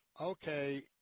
Okay